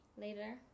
Later